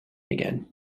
again